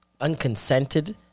unconsented